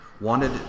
wanted